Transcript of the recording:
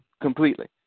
completely